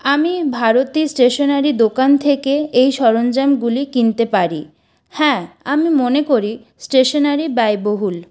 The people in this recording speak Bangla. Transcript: আমি ভারতী স্টেশনারি দোকান থেকে এই সরঞ্জামগুলি কিনতে পারি হ্যাঁ আমি মনে করি স্টেশনারি ব্যয়বহুল